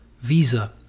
visa